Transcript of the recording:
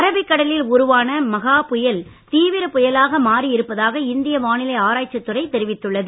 அரபிக்கடலில் உருவான ம்மஹா புயல் தீவிரப் புயலாக மாறி இருப்பதாக இந்திய வானிலை ஆராய்ச்சித் துறை தெரிவித்துள்ளது